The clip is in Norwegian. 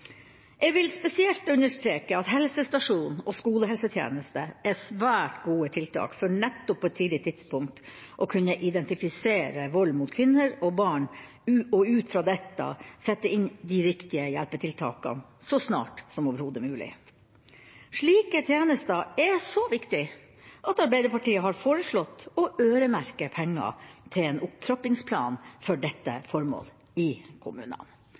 Jeg vil spesielt understreke at helsestasjonen og skolehelsetjenesten er svært gode tiltak for nettopp på et tidlig tidspunkt å kunne identifisere vold mot kvinner og barn og ut fra dette sette inn de riktige hjelpetiltakene så snart som mulig. Slike tjenester er så viktige at Arbeiderpartiet har foreslått å øremerke penger til en opptrappingsplan for dette formål i kommunene.